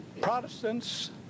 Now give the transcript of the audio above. Protestants